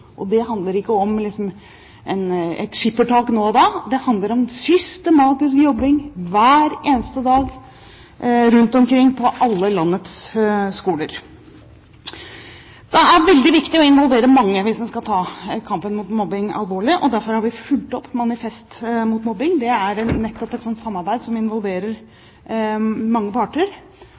Det handler ikke om et skippertak nå og da, det handler om systematisk jobbing hver eneste dag rundt omkring på alle landets skoler. Det er veldig viktig å involvere mange hvis en skal ta kampen mot mobbing alvorlig, og derfor har vi fulgt opp Manifest mot mobbing. Det er nettopp et slikt samarbeid som involverer mange parter.